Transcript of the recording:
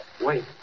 wait